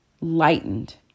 lightened